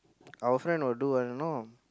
our friend will do a no